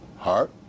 heart